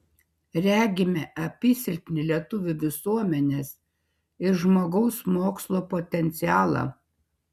regime apysilpnį lietuvių visuomenės ir žmogaus mokslo potencialą